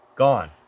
gone